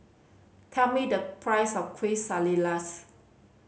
tell me the price of Quesadillas